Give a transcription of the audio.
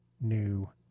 new